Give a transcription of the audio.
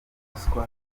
ruswa